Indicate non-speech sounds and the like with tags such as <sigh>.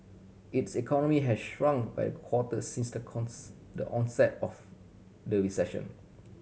its economy has shrunk by a quarter since the <unintelligible> the onset of the recession